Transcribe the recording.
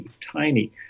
tiny